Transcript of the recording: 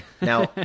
Now